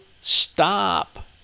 stop